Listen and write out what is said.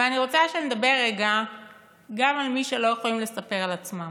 אבל אני רוצה שנדבר רגע גם על מי שלא יכולים לספר על עצמם,